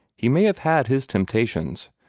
he may have had his temptations,